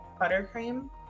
buttercream